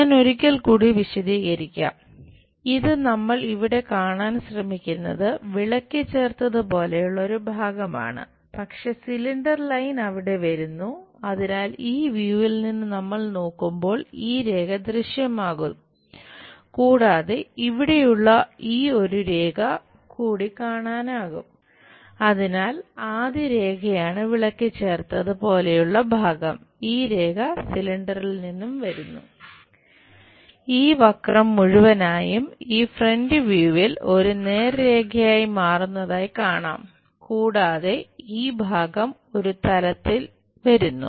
ഞാൻ ഒരിക്കൽ കൂടി വിശദീകരിക്കാം ഇത് നമ്മൾ ഇവിടെ കാണാൻ ശ്രമിക്കുന്നത് വിളക്കിച്ചേർത്തത് നിന്നും വരുന്നു